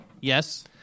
Yes